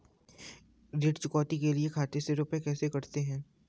ऋण चुकौती के लिए खाते से रुपये कैसे कटते हैं?